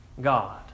God